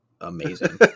amazing